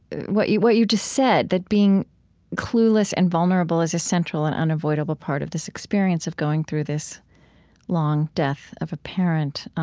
what you what you just said, that being clueless and vulnerable is a central and unavoidable part of this experience of going through this long death of a parent.